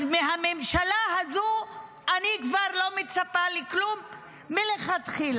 אז מהממשלה הזאת אני כבר לא מצפה לכלום מלכתחילה.